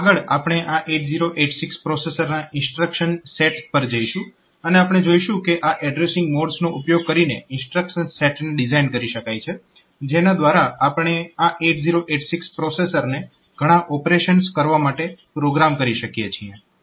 તો આગળ આપણે આ 8086 પ્રોસેસરના ઇન્સ્ટ્રક્શન સેટ પર જઈશું અને આપણે જોઈશું કે આ એડ્રેસીંગ મોડ્સનો ઉપયોગ કરીને ઇન્સ્ટ્રક્શન સેટને ડિઝાઇન કરી શકાય છે જેના દ્વારા આપણે આ 8086 પ્રોસેસરને ઘણા ઓપરેશન્સ કરવા માટે પ્રોગ્રામ કરી શકીએ છીએ